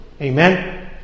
Amen